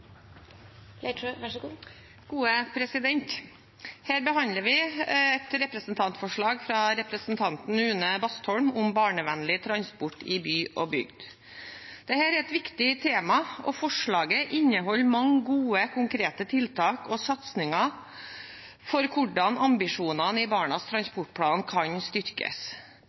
et representantforslag fra representanten Une Bastholm om barnevennlig transport i by og bygd. Dette er et viktig tema, og forslaget inneholder mange gode, konkrete tiltak og satsinger for hvordan ambisjonene i Barnas transportplan kan styrkes.